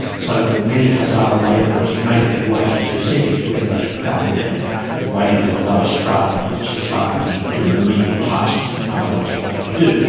so many hazara labourers made their way to cities where they found their way into the lower stratum of society, doing the menial tasks that no one else wanted to do.